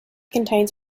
contains